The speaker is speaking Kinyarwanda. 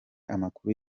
amakuru